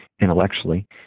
intellectually